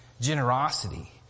generosity